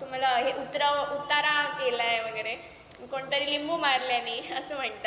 तुम्हाला हे उतराव उतारा केला आहे वगैरे कोणीतरी लिंबू मारल्यांनी असं म्हणतात